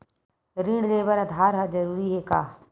ऋण ले बर आधार ह जरूरी हे का?